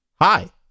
Hi